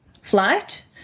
flight